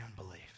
unbelief